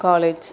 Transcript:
college